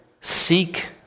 seek